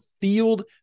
FIELD